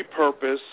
repurpose